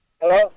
Hello